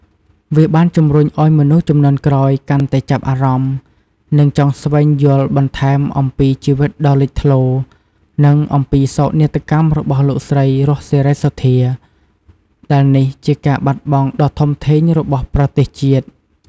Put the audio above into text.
វាបានជំរុញឲ្យមនុស្សជំនាន់ក្រោយកាន់តែចាប់អារម្មណ៍ និងចង់ស្វែងយល់បន្ថែមអំពីជីវិតដ៏លេចធ្លោ និងអំពីសោកនាដកម្មរបស់លោកស្រី រស់ សេរីសុទ្ធា ដែលនេះជាការបាត់បង់ដ៏ធំធេង របស់ប្រទេសជាតិ។